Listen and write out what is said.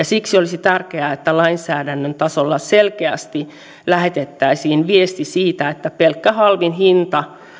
siksi olisi tärkeää että lainsäädännön tasolla selkeästi lähetettäisiin viesti siitä että pelkkä halvin hinta